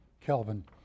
Kelvin